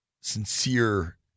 sincere